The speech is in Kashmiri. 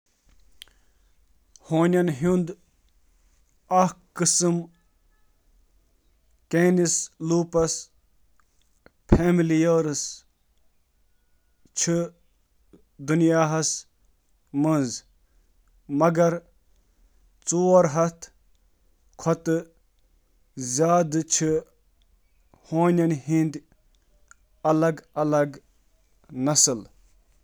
عالمی سطحَس پٮ۪ٹھ چھِ تقریباً ژور ہتھ پنژاہ, تسلیم شُدٕ ہونٮ۪ن ہٕنٛدۍ نسلہٕ، مگر صحیح تعدادُک تعین کرُن چھُ مشکل۔